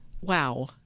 Wow